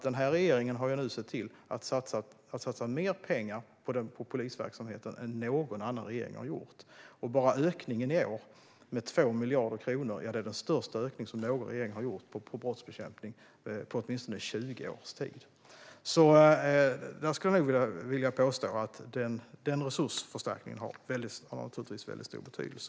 Den här regeringen har satsat mer pengar på polisverksamheten än vad någon annan regering har gjort. Bara ökningen i år med 2 miljarder kronor är den största ökning som någon regering har gjort på brottsbekämpning på åtminstone 20 års tid. Jag skulle vilja påstå att den resursförstärkningen har väldigt stor betydelse.